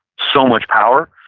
so much power.